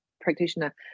practitioner